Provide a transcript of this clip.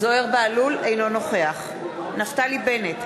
אינו נוכח נפתלי בנט,